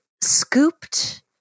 scooped